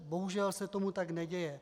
Bohužel se tomu tak neděje.